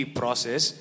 process